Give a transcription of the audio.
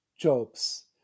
jobs